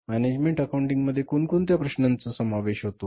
management accounting मध्ये कोणकोणत्या प्रश्नांचा समावेश होतो